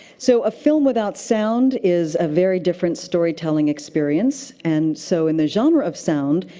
so a film without sound is a very different storytelling experience. and so in the genre of sound,